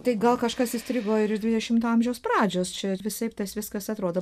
tai gal kažkas įstrigo ir iš dvidešimto amžiaus pradžios čia visaip tas viskas atrodo